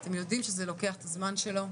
אתם יודעים שזה לוקח את הזמן שלו,